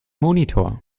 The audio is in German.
monitor